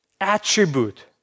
attribute